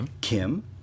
Kim